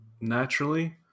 naturally